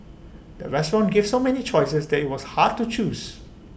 the restaurant gave so many choices that IT was hard to choose